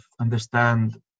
understand